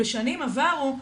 בשנים עברו,